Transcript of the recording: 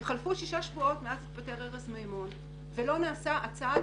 חלפו שישה שבועות מאז התפטר ארז מימון ולא נעשה הצעד